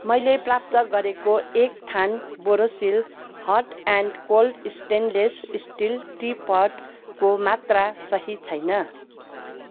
मैले प्राप्त गरेको एक थान Borosil hot and cold stainless steel tea पटको मात्रा सही छैन